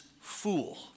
fool